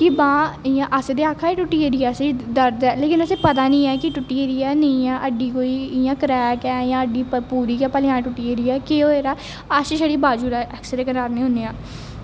कि बांह् इ'यां अस ते आक्खा ने आं टुट्टी गेदी ऐ असेंगी दर्द ऐ लेकिन असेंगी पता निं ऐ कि टुट्टी गेदी ऐ नेईं ऐ हड्डी कोई इ'यां क्रैक ऐ जां हड्डी भलेआं गै टुट्टी गेदी ऐ केह् होएदा ऐ असें छड़ी बाज़ू दा ऐक्सरे कराने होन्ने आं